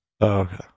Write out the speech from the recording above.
Okay